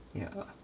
yeah